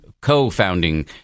co-founding